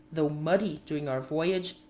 though muddy during our voyage,